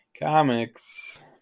comics